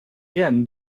again